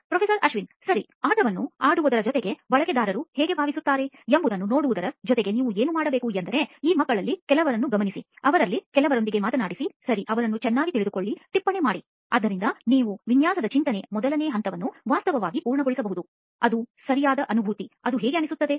professor Ashwin ಸರಿ ಆಟವನ್ನು ಆಡುವುದರ ಜೊತೆಗೆ ಬಳಕೆದಾರರು ಹೇಗೆ ಭಾವಿಸುತ್ತಾರೆ ಎಂಬುದನ್ನು ನೋಡುವುದರ ಜೊತೆಗೆ ನೀವು ಏನು ಮಾಡಬೇಕು ಎಂದರೆ ಈ ಮಕ್ಕಳಲ್ಲಿ ಕೆಲವರನ್ನು ಗಮನಿಸಿ ಅವರಲ್ಲಿ ಕೆಲವರೊಂದಿಗೆ ಮಾತನಾಡಿಸಿ ಸರಿ ಅವರನ್ನು ಚೆನ್ನಾಗಿ ತಿಳಿದುಕೊಳ್ಳಿ ಟಿಪ್ಪಣಿ ಮಾಡಿ ಅದ್ದರಿಂದ ನೀವು ವಿನ್ಯಾಸದ ಚಿಂತನೆಯ ಮೊದಲ ಹಂತವನ್ನು ವಾಸ್ತವವಾಗಿ ಪೂರ್ಣಗೊಳಿಸಬಹುದು ಅದು ಸರಿಯಾದ ಅನುಭೂತಿ ಅದು ಹೇಗೆ ಅನಿಸುತ್ತದೆ